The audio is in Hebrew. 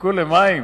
ייזקקו למים